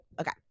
Okay